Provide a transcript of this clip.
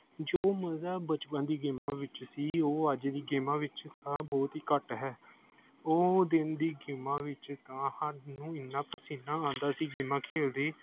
ਜੋ ਮਜ਼ਾ ਬਚਪਨ ਦੀ ਗੇਮਾਂ ਵਿੱਚ ਸੀ ਉਹ ਅੱਜ ਦੀ ਗੇਮਾਂ ਵਿੱਚ ਤਾਂ ਬਹੁਤ ਹੀ ਘੱਟ ਹੈ ਉਹ ਦਿਨ ਦੀ ਗੇਮਾਂ ਵਿੱਚ ਤਾਂ ਸਾਨੂੰ ਐਨਾ ਪਸੀਨਾ ਆਉਂਦਾ ਸੀ ਗੇਮਾਂ ਖੇਡਦੇ